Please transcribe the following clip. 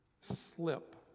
slip